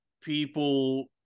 people